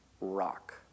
rock